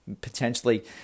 potentially